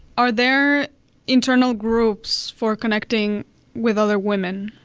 are there internal groups for connecting with other women?